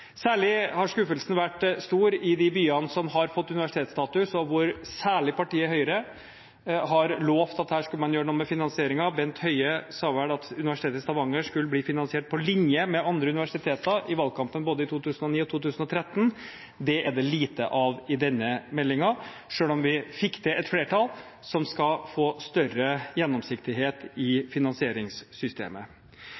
Særlig har skuffelsen vært stor i de byene som har fått universitetsstatus, og hvor særlig partiet Høyre har lovet at her skulle man gjøre noe med finansieringen. Bent Høie sa vel i valgkampen i både 2009 og 2013 at Universitetet i Stavanger skulle bli finansiert på linje med andre universiteter. Det er det lite av i denne meldingen, selv om et flertall fikk til større gjennomsiktighet i finansieringssystemet.